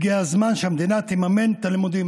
הגיע הזמן שהמדינה תממן את הלימודים.